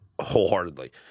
wholeheartedly